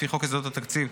לפי חוק יסודות התקציב,